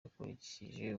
ukurikije